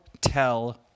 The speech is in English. tell